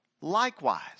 Likewise